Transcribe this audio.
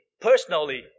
personally